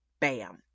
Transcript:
bam